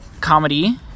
comedy